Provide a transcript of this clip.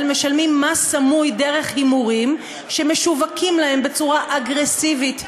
משלמים מס סמוי דרך הימורים שמשווקים להם בצורה אגרסיבית,